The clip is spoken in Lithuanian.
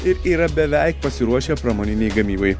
ir yra beveik pasiruošę pramoninei gamybai